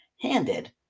handed